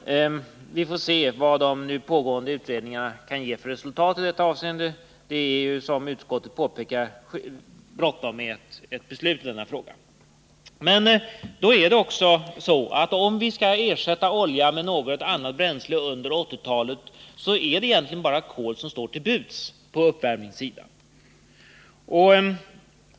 Vi får se vad de nu pågående utredningarna kan ge för resultat i detta avseende. Såsom utskottet påpekar är det bråttom med ett beslut i denna fråga. Om vi skall ersätta oljan med något annat bränsle under 1980-talet, står egentligen bara kol till buds på uppvärmningssidan.